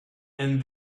and